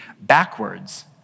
backwards